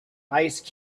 ice